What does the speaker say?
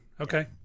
okay